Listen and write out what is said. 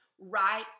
right